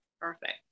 Perfect